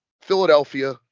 Philadelphia